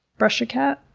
brush your cat.